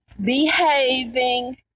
behaving